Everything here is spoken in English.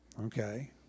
Okay